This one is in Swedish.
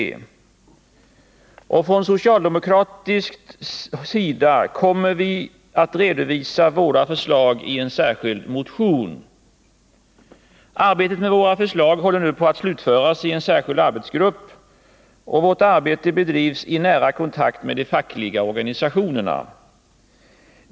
Vi kommer från socialdemokratisk sida att redovisa våra förslag i en särskild motion. Arbetet med våra förslag håller hu på att slutföras i en särskild arbetsgrupp, och det bedrivs i nära kontakt med de fackliga organisationerna.